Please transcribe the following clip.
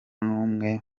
numwe